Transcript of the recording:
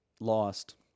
lost